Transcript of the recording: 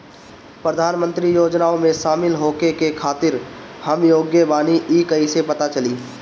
प्रधान मंत्री योजनओं में शामिल होखे के खातिर हम योग्य बानी ई कईसे पता चली?